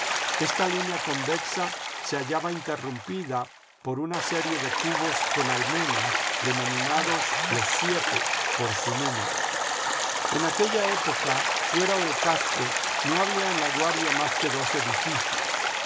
esta línea convexa se hallaba interrumpida por una serie de cubos con almenas denominados los siete por su número en aquella época fuera del casco no había en laguardia más que dos edificios